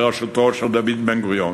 בראשותו של דוד בן-גוריון.